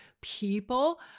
people